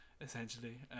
essentially